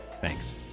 Thanks